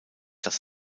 das